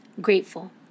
Grateful